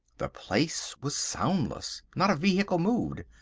the place was soundless. not a vehicle moved.